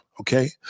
Okay